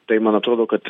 tai man atrodo kad